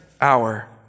hour